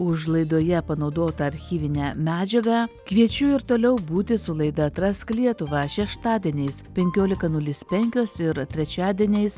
už laidoje panaudotą archyvinę medžiagą kviečiu ir toliau būti su laida atrask lietuvą šeštadieniais penkiolika nulis penkios ir trečiadieniais